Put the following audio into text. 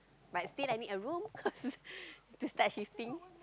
but still I need a room cause to start shifting